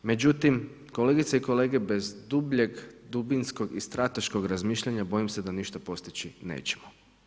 Međutim, kolegice i kolege bez dubljeg dubinskogm i strateškog razmišljanja bojim se da ništa postići nećemo.